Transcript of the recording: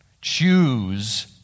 choose